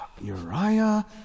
Uriah